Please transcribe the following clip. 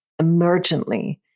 emergently